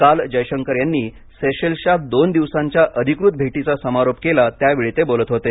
काल जयशंकर यांनी सेशेल्सच्या दोन दिवसांच्या अधिकृत भेटीचा समारोप केला त्यावेळी ते बोलत होते